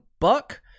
buck